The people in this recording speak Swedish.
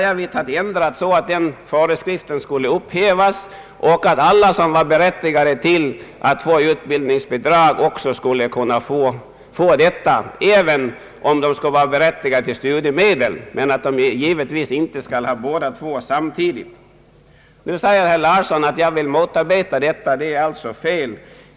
Jag har föreslagit att den föreskriften skall upphävas och att alla som är berättigade till utbildningsbidrag också skulle kunna få detta, även ifall de skulle vara berättigade till studiemedel, men att de givetvis inte skulle ha båda förmånerna samtidigt. När herr Larsson säger att jag vill motarbeta arbetsmarknadsutbildningen är det alltså fel.